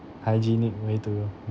hygienic way to